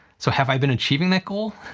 so have i been achieving that goal?